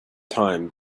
time